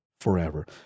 forever